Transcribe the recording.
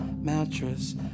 mattress